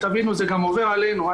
תבינו, זה גם עובר עלינו.